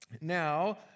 Now